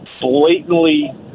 blatantly